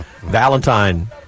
Valentine